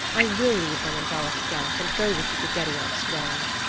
i will leave them in valaskjalf and go with you to gerriod's dwelling,